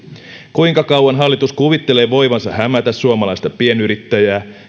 kuinka kauan hallitus kuvittelee voivansa hämätä suomalaista pienyrittäjää